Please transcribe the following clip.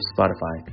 Spotify